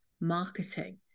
marketing